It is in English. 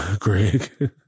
Greg